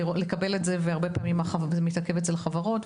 הרבה פעמים זה מתעכב אצל החברות,